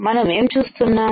మనం ఏం చూస్తున్నాం